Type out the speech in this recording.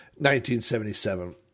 1977